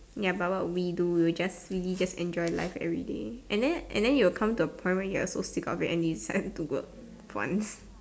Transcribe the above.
ya but what we do we'll just really just enjoy life everyday and then and then you'll come to a point where you're so sick of it and it's time to work once